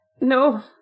No